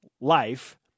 life